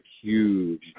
huge